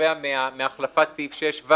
שנובע מהחלפת סעיף 6ו,